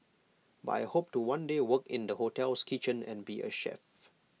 but I hope to one day work in the hotel's kitchen and be A chef